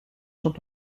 sont